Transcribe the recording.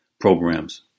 programs